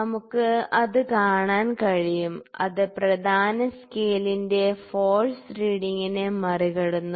നമുക്ക് അത് കാണാൻ കഴിയും അത് പ്രധാന സ്കെയിലിന്റെ ഫോഴ്സ് റീഡിംഗിനെ മറികടന്നു